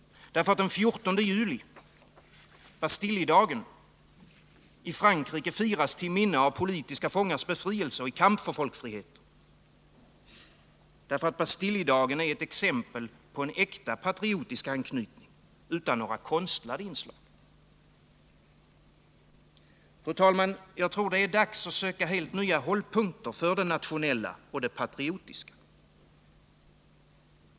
Därför att den 14 juli, Bastiljdagen, i Frankrike firas till minne av politiska fångars befrielse i kamp för folkfriheten. Därför att Bastiljdagen är ett exempel på en äkta patriotisk anknytning utan några konstlade inslag. Fru talman! Jag tror att det är dags att söka helt nya hållpunkter för det nationella och det patriotiska.